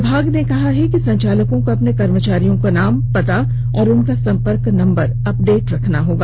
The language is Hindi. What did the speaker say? विभाग ने कहा है कि संचालकों को अपने कर्मचारियों का नाम पता और उनका संपर्क नंबर अपडेट रखना होगा